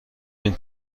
این